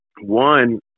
one